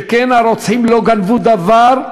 שכן הרוצחים לא גנבו דבר,